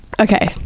Okay